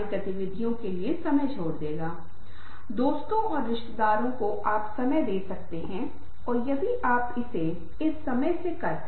प्रभाव क्यों यह इतना बुरा है कि हमें इसे रोकने की आवश्यकता है हम इसके बारे में कैसे करते हैं